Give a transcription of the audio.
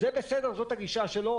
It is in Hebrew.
זה בסדר, זאת הגישה שלו.